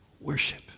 worship